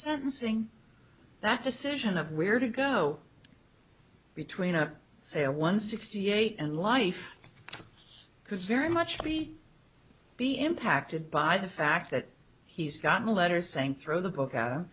sentencing that decision of where to go between a say a one sixty eight and life because very much we be impacted by the fact that he's gotten a letter saying throw the book out